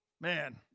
Man